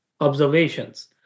observations